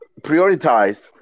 prioritize